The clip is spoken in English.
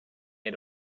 aid